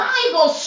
Bible